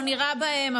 לא נירה בהם,